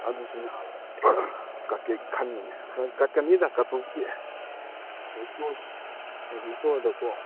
ꯑꯗꯨꯁꯨ ꯅꯥꯕ ꯀꯠꯀꯦ ꯈꯟꯕꯅꯦ ꯍꯣꯏ ꯀꯠꯀꯅꯤꯗ ꯀꯠꯄꯕꯨꯗꯤ ꯍꯣꯏ ꯏꯁꯣꯔꯗꯤ ꯍꯥꯏꯗꯤ ꯏꯁꯣꯔꯗꯀꯣ